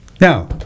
Now